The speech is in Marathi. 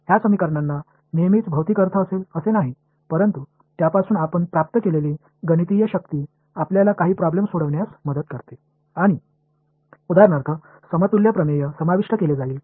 ह्या समीकरणांना नेहमीच भौतिक अर्थ असेल असे नाही परंतु त्यापासून आपण प्राप्त केलेली गणितीय शक्ती आपल्याला काही प्रॉब्लेम सोडविण्यास मदत करते आणि उदाहरणार्थ समतुल्य प्रमेय समाविष्ट केले जाईल